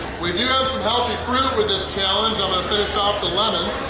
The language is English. we do have some healthy fruit with this challenge i'm gonna finish off the lemons.